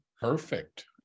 Perfect